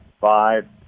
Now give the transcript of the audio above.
five